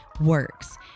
works